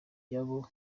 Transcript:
y’abo